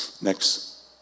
Next